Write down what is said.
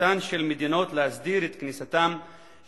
בזכותן של מדינות להסדיר את כניסתם של